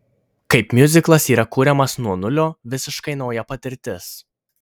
kaip miuziklas yra kuriamas nuo nulio visiškai nauja patirtis